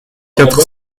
quatre